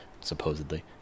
supposedly